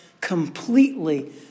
completely